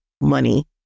money